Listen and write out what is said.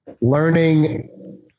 learning